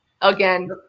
again